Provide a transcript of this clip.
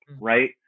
right